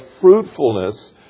fruitfulness